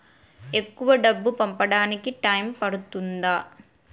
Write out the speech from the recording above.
ఎక్కువ డబ్బు పంపడానికి టైం పడుతుందా?